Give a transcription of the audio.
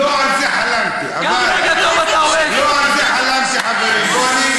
לא על זה חלמתי, חברים.